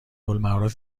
المعارف